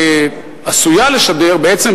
עשויה לשדר בעצם,